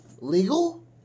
Legal